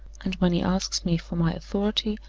and when he asks me for my authority,